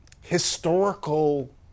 historical